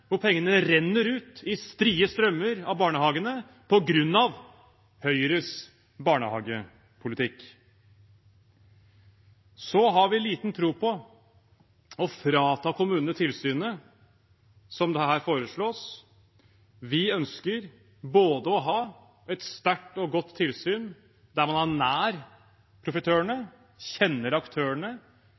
hvor pengene renner ut i strie strømmer fra barnehagene på grunn av Høyres barnehagepolitikk. Vi har liten tro på å frata kommunene tilsynet, slik det her foreslås. Vi ønsker både å ha et sterkt og godt tilsyn der man er nær profitørene, kjenner aktørene,